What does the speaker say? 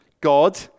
God